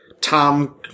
Tom